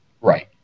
Right